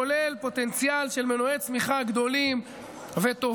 הוא כולל פוטנציאל של מנועי צמיחה גדולים וטובים,